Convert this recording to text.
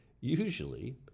Usually